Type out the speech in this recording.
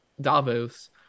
Davos